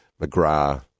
McGrath